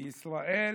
בישראל